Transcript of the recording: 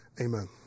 amen